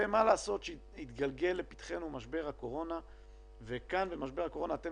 מה לעשות שהתגלגל לפתחנו משבר הקורונה וכאן אתם